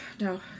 no